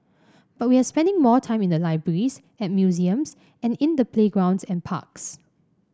but we are spending more time in the libraries at museums and in the playgrounds and parks